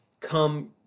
come